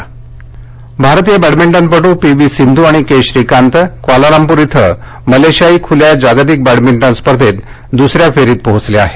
क्रीडा भारतीय बॅडमिंटनपटू पी वी सिंधू आणि के श्रीकांत कुआलालंपूर इथं मलेशियायी खुल्या जागतिक बॅडमिंटन स्पर्धेत दुसऱ्या फेरीत पोहोचले आहेत